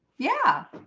yeah,